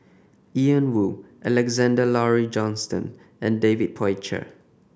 Ian Woo Alexander Laurie Johnston and David Tay Poey Cher